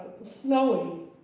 snowy